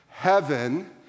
Heaven